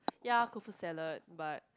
ya couscous salad but